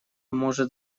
может